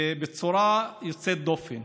בצורה יוצאת דופן.